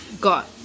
got